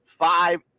Five